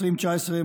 ב-2019,